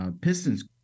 Pistons